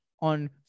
on